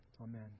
amen